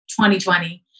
2020